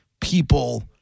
people